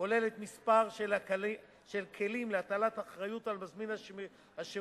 כוללת מספר כלים להטלת אחריות על מזמין שירות